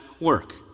work